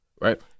Right